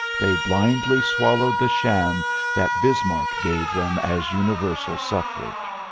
they blindly swallowed the sham that bismarck gave them as universal suffrage.